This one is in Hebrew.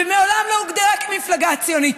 ומעולם לא הוגדרה כמפלגה ציונית?